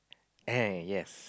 eh yes